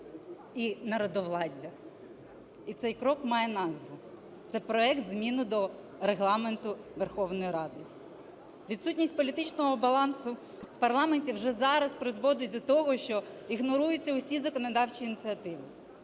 і народовладдя. І цей крок має назву, це проект змін до Регламенту Верховної Ради. Відсутність політичного балансу в парламенті вже зараз призводить до того, що ігноруються усі законодавчі ініціативи.